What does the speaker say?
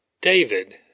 David